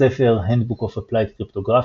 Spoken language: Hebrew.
הספר Handbook of Applied Cryptography,